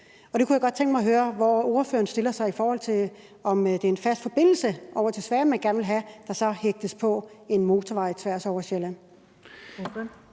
Jeg kunne godt tænke mig at høre, hvor ordføreren stiller sig, i forhold til om det er en fast forbindelse over til Sverige, man gerne vil have, og som så hægtes på en motorvej tværs over Sjælland.